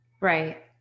Right